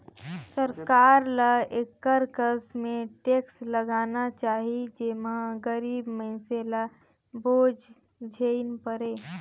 सरकार ल एकर कस में टेक्स लगाना चाही जेम्हां गरीब मइनसे ल बोझ झेइन परे